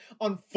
on